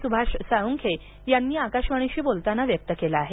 सुभाष साळुंखे यांनी आकाशवाणीशी बोलताना व्यक्त केलं आहे